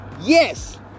Yes